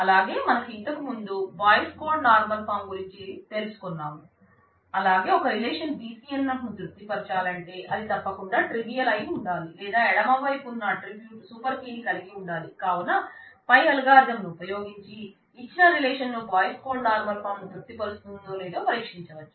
అలాగే మనకు ఇంతకు ముందే బాయిస్ కోడ్ నార్మల్ ఫాంను ఉపయోగించి ఇచ్చిన relation Boyce Codd normal form ను తృప్తి పరుస్తుందో లేదో పరీక్షించవచ్చు